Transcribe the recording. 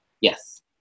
Yes